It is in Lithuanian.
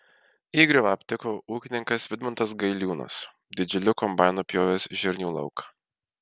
įgriuvą aptiko ūkininkas vidmantas gailiūnas didžiuliu kombainu pjovęs žirnių lauką